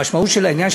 המשמעות של העניין,